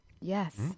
Yes